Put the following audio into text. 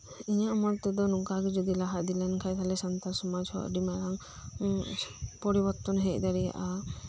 ᱤᱧᱟᱜ ᱢᱚᱛ ᱛᱮᱫᱚ ᱱᱚᱝᱠᱟᱜᱤ ᱡᱚᱫᱤ ᱞᱟᱦᱟ ᱤᱫᱤᱞᱮᱱᱠᱷᱟᱡ ᱛᱟᱦᱚᱞᱮ ᱥᱚᱢᱟᱡᱦᱚᱸ ᱟᱹᱰᱤ ᱢᱟᱨᱟᱝ ᱯᱚᱨᱤᱵᱚᱨᱛᱚᱱ ᱦᱮᱡ ᱫᱟᱲᱤᱭᱟᱜ ᱟ